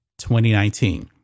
2019